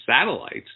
satellites